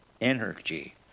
energy